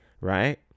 right